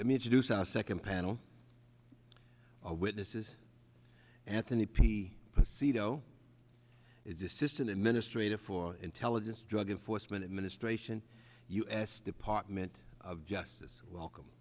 let me introduce our second panel of witnesses anthony p c though desist an administrator for intelligence drug enforcement administration u s department of justice welcome